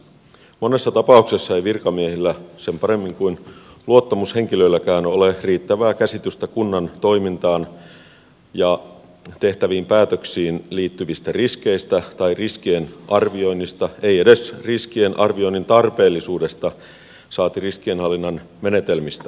monessa tapauksessa ei virkamiehillä sen paremmin kuin luottamushenkilöilläkään ole riittävää käsitystä kunnan toimintaan ja tehtäviin päätöksiin liittyvistä riskeistä tai ris kien arvioinnista ei edes riskien arvioinnin tarpeellisuudesta saati riskienhallinnan menetelmistä